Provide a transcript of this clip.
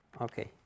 Okay